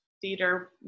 theater